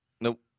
Nope